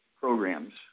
programs